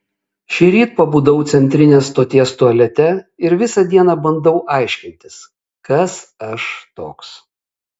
šįryt pabudau centrinės stoties tualete ir visą dieną bandau aiškintis kas aš toks